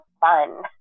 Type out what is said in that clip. fun